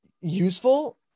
useful